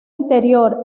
interior